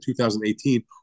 2018